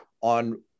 on